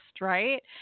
Right